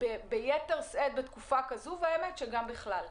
ביתר שאת בתקופה כזאת וגם בכלל.